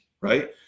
Right